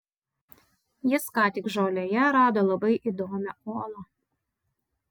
jis ką tik žolėje rado labai įdomią olą